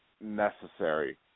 necessary